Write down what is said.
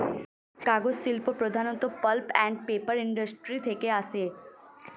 কাগজ শিল্প প্রধানত পাল্প অ্যান্ড পেপার ইন্ডাস্ট্রি থেকে আসে